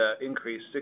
increased